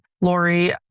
Lori